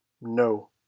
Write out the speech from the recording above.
No